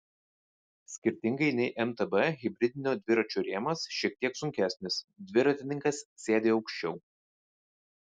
skirtingai nei mtb hibridinio dviračio rėmas šiek tiek sunkesnis dviratininkas sėdi aukščiau